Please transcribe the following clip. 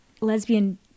lesbian